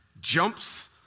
jumps